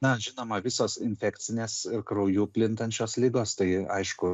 na žinoma visos infekcinės ir krauju plintančios ligos tai aišku